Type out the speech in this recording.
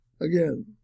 Again